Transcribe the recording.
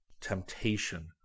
temptation